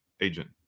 agent